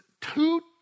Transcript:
Two